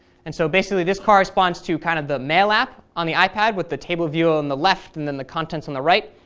and so basically this corresponds to kind of the mail app on the ipad with the table view ah on the left and then the contents on the right.